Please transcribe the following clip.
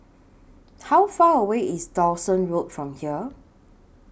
How Far away IS Dawson Road from here